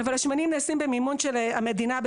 אבל השמנים נעשים במימון של המדינה.